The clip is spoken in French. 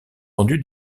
rendu